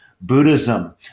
Buddhism